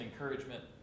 encouragement